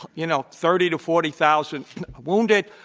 you know thirty to forty thousand wounded,